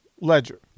ledger